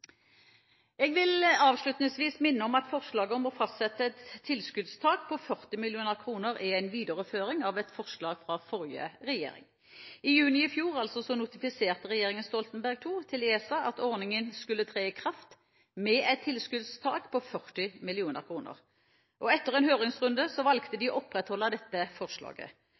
Jeg vil avslutningsvis minne om at forslaget om å fastsette et tilskuddstak på 40 mill. kr er en videreføring av et forslag fra forrige regjering. I juni i fjor notifiserte regjeringen Stoltenberg II til ESA at ordningen skulle tre i kraft med et tilskuddstak på 40 mill. kr. Etter en høringsrunde valgte de å opprettholde dette forslaget.